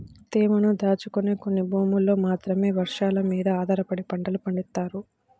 తేమను దాచుకునే కొన్ని భూముల్లో మాత్రమే వర్షాలమీద ఆధారపడి పంటలు పండిత్తన్నారు